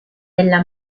della